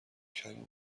کریم